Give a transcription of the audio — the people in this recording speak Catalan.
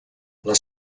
les